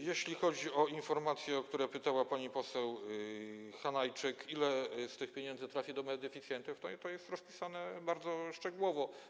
Jeśli chodzi o informacje, o które pytała pani poseł Hanajczyk, ile z tych pieniędzy trafi do beneficjentów, to jest to rozpisane bardzo szczegółowo.